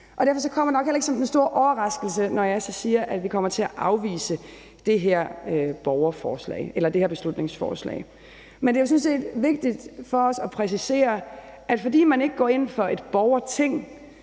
Derfor kommer det nok heller ikke som den store overraskelse, når jeg så siger, at vi kommer til afvise det her beslutningsforslag. Men det er sådan set vigtigt for os at præcisere, at fordi man ikke går ind for et borgerting,